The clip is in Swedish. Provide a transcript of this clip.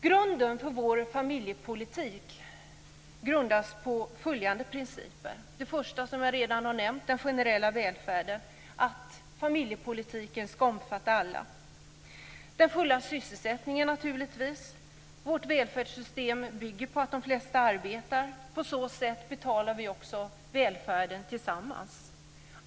Grunden för vår familjepolitik vilar på följande principer: Den första principen har jag redan nämnt, nämligen den generella välfärden: att familjepolitiken ska omfatta alla. Den andra principen är naturligtvis den fulla sysselsättningen. Vårt välfärdssystem bygger på att de flesta arbetar. På så sätt betalar vi välfärden tillsammans.